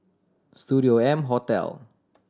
Studio M Hotel